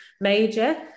major